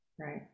Right